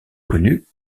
connue